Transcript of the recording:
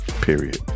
period